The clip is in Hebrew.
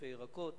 עודפי ירקות.